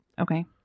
Okay